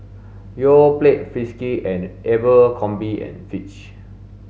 Yoplait Friskies and Abercrombie and Fitch